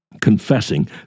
confessing